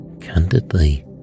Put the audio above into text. candidly